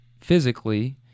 physically